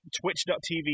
twitch.tv